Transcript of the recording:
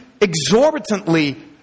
exorbitantly